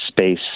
space